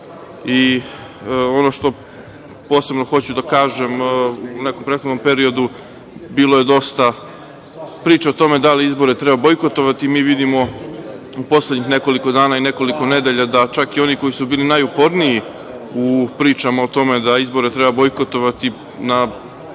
što posebno hoću da kažem, u nekom prethodnom periodu bilo je dosta priče o tome da li izbore treba bojkotovati. Mi vidimo u poslednjih nekoliko dana i nekoliko nedelja da čak i oni koji su bili najuporniji u pričama u tome da izbore treba bojkotovati na određene